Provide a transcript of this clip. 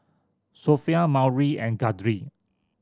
Sophia Maury and Guthrie